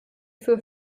für